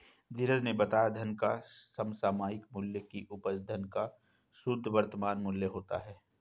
धीरज ने बताया धन का समसामयिक मूल्य की उपज धन का शुद्ध वर्तमान मूल्य होता है